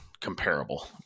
comparable